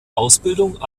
ausbildung